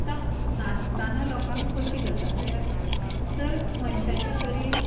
आतां नाचताना लोकांक खोशी जाता कित्याक तर मनशाचें शरीर